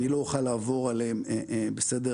אני לא אוכל לעבור עליהם בסדר,